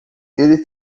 ele